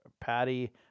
patty